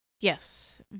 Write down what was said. Yes